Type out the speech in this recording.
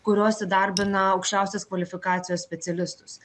kurios įdarbina aukščiausios kvalifikacijos specialistus